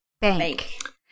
Bank